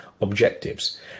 objectives